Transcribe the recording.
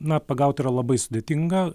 na pagaut yra labai sudėtinga